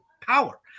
power